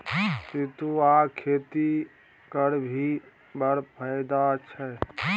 सितुआक खेती करभी बड़ फायदा छै